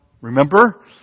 Remember